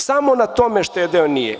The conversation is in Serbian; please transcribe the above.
Samo na tome štedeo nije.